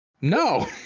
No